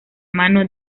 mano